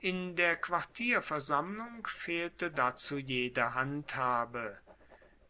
in der quartierversammlung fehlte dazu jede handhabe